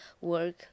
work